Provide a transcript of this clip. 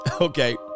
Okay